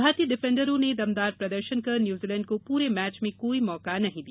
भारतीय डिफेंडरों दमदार प्रदर्शन कर न्यूजीलैंड को पूरे मैच में कोई मौका नहीं दिया